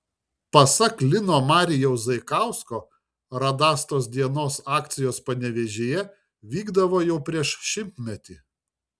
pasak lino marijaus zaikausko radastos dienos akcijos panevėžyje vykdavo jau prieš šimtmetį